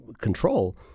control